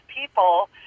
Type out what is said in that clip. people